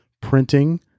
printing